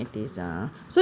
ya